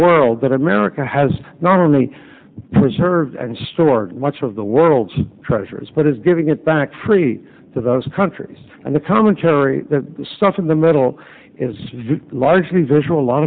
world that america has not only preserved and stored much of the world's treasures but it's giving it back free to those countries and the commentary stuff in the middle is very largely visual a lot